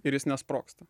ir jis nesprogsta